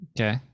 Okay